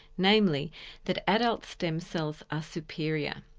namely that adult stem cells are superior.